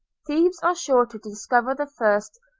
thieves are sure to discover the first,